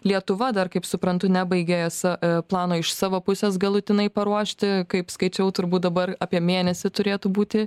lietuva dar kaip suprantu nebaigė s plano iš savo pusės galutinai paruošti kaip skaičiau turbūt dabar apie mėnesį turėtų būti